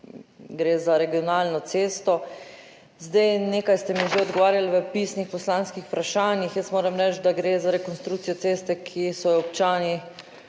Gre za regionalno cesto. Nekaj ste mi že odgovarjali v pisnih poslanskih vprašanjih. Jaz moram reči, da gre za rekonstrukcijo ceste, ki so jo občani,